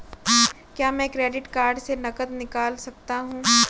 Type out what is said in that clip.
क्या मैं credit card से नकद निकाल सकता हूँ?